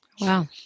Wow